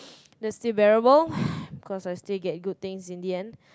that's still bearable cause I still get good things in the end